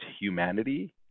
humanity